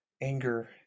anger